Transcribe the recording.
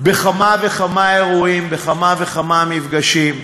בכמה וכמה אירועים, בכמה וכמה מפגשים,